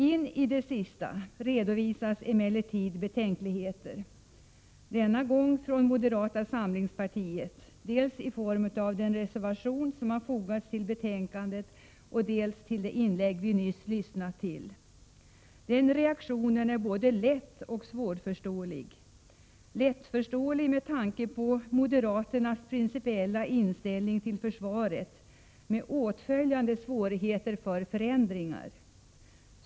In i det sista redovisas emellertid betänkligheter. Denna gång från moderata samlingspartiet, dels i den reservation som fogats till betänkandet, dels i det inlägg vi nyss lyssnat till. Den reaktionen är både lättoch svårförståelig. Lättförståelig med tanke på moderaternas principiella inställning till försvaret med åtföljande svårigheter att acceptera förändringar.